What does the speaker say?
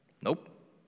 Nope